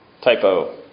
Typo